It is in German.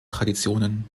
traditionen